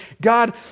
God